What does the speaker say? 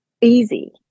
easy